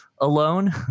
alone